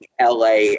LA